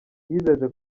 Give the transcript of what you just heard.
yizeje